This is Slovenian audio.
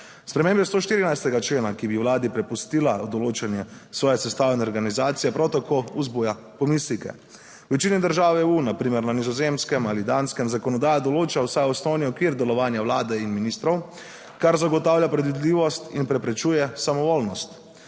Spremembe 114. člena, ki bi vladi prepustila določanje svoje sestavne organizacije, prav tako vzbuja pomisleke. V večini držav EU, na primer na Nizozemskem ali Danskem, zakonodaja določa vsaj osnovni okvir delovanja vlade in ministrov, kar zagotavlja predvidljivost in preprečuje samovoljnost.